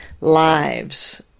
lives